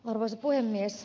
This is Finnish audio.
arvoisa puhemies